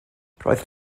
roedd